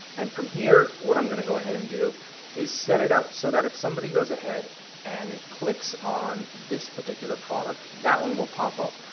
and from here, what i'm gonna go ahead and do is set it up so that if somebody goes ahead and clicks on this particular product, that one will pop up.